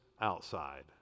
outside